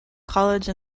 college